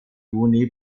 juni